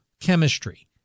chemistry